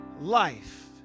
life